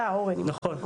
נכון.